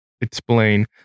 explain